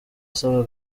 asaba